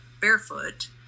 barefoot